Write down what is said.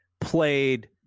played